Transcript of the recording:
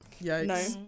no